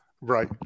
Right